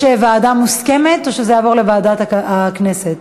יש ועדה מוסכמת, או שזה יעבור לוועדת הכנסת?